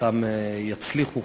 חלקם יצליחו,